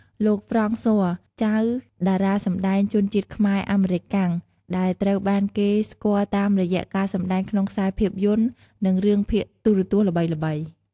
លោក ហ្វ្រង់ស័រ ចៅ តារាសម្តែងជនជាតិខ្មែរ-អាមេរិកាំង ដែលត្រូវបានគេស្គាល់តាមរយៈការសម្ដែងក្នុងខ្សែភាពយន្ត និងរឿងភាគទូរទស្សន៍ល្បីៗ។